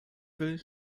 will